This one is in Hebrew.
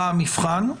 מה המבחן,